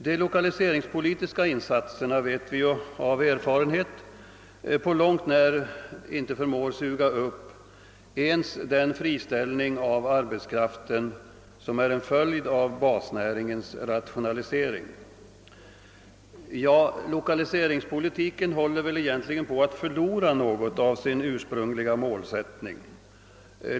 De lokaliseringspolitiska insatserna — detta vet vi ju av erfarenhet — förmår inte på långt när suga upp ens den friställning av arbetskraften som är en följd av basnäringens rationalisering. Lokaliseringspolitiken = håller = väl egentligen på att förlora något av sin ursprungliga — målsättning.